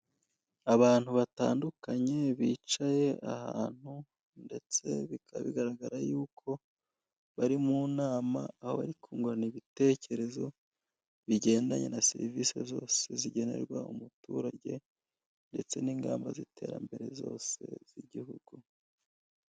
Abantu batandukanye bicaye ahantu ndetse bikaba bigaragara yuko bari mu nama, aho bari kungurana ibitekerezo bigendanye na serivise zose zigenerwa umuturage, ndetse n'ingamba z'iterambere zose z'igihugu.